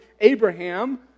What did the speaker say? Abraham